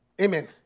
Amen